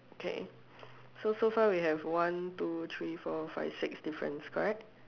okay so so far we have one two three four five six difference correct